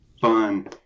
fun